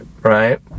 right